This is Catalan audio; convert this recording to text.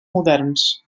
moderns